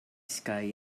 sky